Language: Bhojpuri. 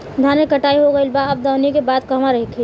धान के कटाई हो गइल बा अब दवनि के बाद कहवा रखी?